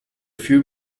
few